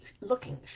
looking